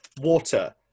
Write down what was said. water